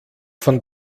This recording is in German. von